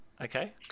Okay